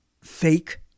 fake